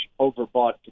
overbought